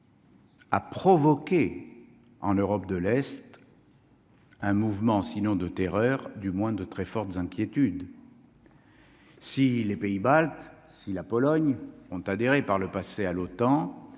Ah provoqué en Europe de l'Est. Un mouvement sinon de terreur, du moins de très fortes inquiétudes. Si les pays baltes, si la Pologne ont adhéré, par le passé à l'OTAN,